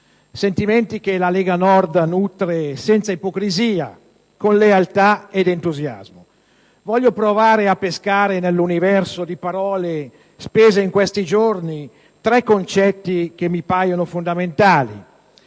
sentimenti che la Lega Nord nutre senza ipocrisia, con in lealtà ed entusiasmo. Voglio provare a pescare nell'universo di parole spese in questi giorni tre concetti che mi paiono fondamentali.